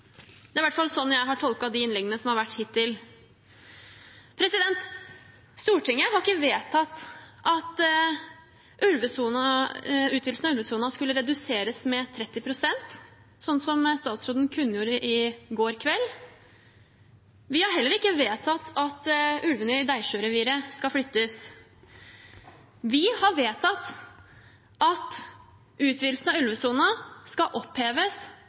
er i hvert fall sånn jeg har tolket de innleggene som har vært hittil. Stortinget har ikke vedtatt at utvidelsen av ulvesonen skulle reduseres med 30 pst., sånn som statsråden kunngjorde i går kveld. Vi har heller ikke vedtatt at ulvene i Deisjø-reviret skal flyttes. Vi har vedtatt at utvidelsen av ulvesonen skal oppheves